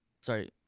sorry